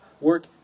work